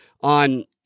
on